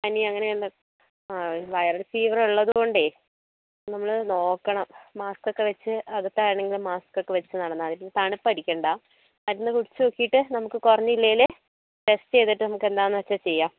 പനി അങ്ങനെ ഉള്ള വൈറൽ ഫീവർ ഉള്ളത് കൊണ്ടേ നമ്മള് നോക്കണം മാസ്ക് ഒക്കെ വെച്ച് അകത്താണെങ്കിലും മാസ്ക് ഒക്കെ വെച്ച് നടന്ന മതി തണുപ്പ് അടിക്കണ്ട മരുന്ന് കുടിച്ച് നോക്കിയിട്ട് നമുക്ക് കുറവില്ലേല് ടെസ്റ്റ് ചെയ്തിട്ട് നമുക്ക് എന്താന്ന് വെച്ചാല് ചെയ്യാം